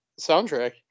Soundtrack